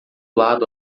lado